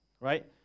Right